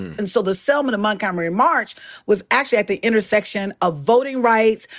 and so the selma to montgomery march was actually at the intersection of voting rights,